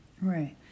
Right